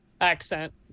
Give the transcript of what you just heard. accent